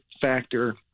factor